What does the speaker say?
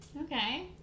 Okay